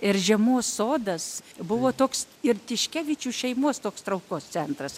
ir žiemos sodas buvo toks ir tiškevičių šeimos toks traukos centras